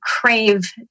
crave